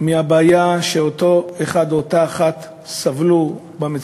הבעיה שאותו אחד או אותה אחת סבלו ממנה,